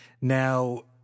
Now